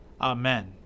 Amen